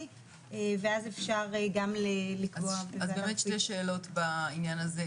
ואז אפשר גם לקבוע --- אז באמת שתי שאלות בעניין הזה.